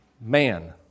man